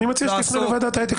אני מציע שתפנו לוועדת האתיקה.